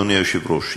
אדוני היושב-ראש,